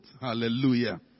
Hallelujah